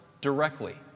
directly